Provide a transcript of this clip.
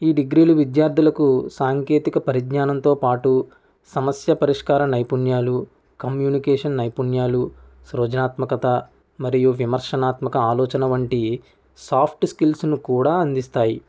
ఈ డిగ్రీలు విద్యార్థులకు సాంకేతిక పరిజ్ఞానంతో పాటు సమస్య పరిష్కార నైపుణ్యాలు కమ్యూనికేషన్ నైపుణ్యాలు సృజనాత్మకత మరియు విమర్శనాత్మక ఆలోచన వంటి సాఫ్ట్ స్కిల్స్ను కూడా అందిస్తాయి